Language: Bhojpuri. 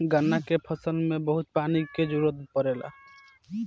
गन्ना के फसल में बहुत पानी के जरूरत पड़ेला